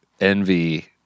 envy